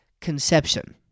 conception